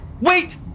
Wait